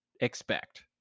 expect